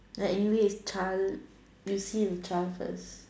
like anyway it's child you see a child first